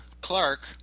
Clark